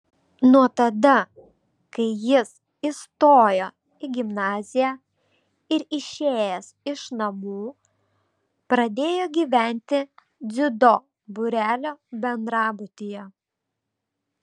nuo tada kai jis įstojo į gimnaziją ir išėjęs iš namų pradėjo gyventi dziudo būrelio bendrabutyje